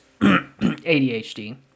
ADHD